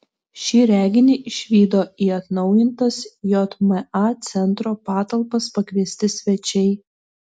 šį reginį išvydo į atnaujintas jma centro patalpas pakviesti svečiai